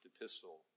epistle